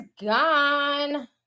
gone